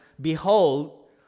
behold